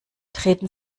treten